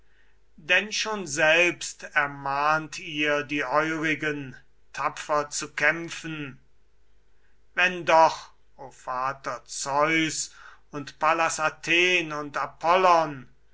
denn schon selbst ermahnt ihr die eurigen tapfer zu kämpfen wenn doch o vater zeus und pallas athen und apollon